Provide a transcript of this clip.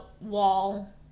wall